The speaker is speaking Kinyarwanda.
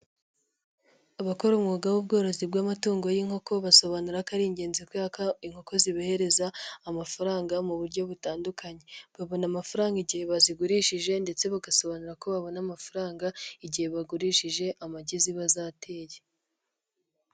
Abakora umwuga w'ubworozi bw'amatungo y'inkoko, basobanura ko ari ingenzi kubera ko inkoko zibahereza amafaranga mu buryo butandukanye, babona amafaranga igihe bazigurishije ndetse bagasobanura ko babona amafaranga igihe bagurishije amagi ziba zateye.